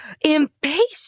impatient